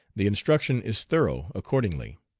the instruction is thorough accordingly.